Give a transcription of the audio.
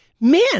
man